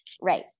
right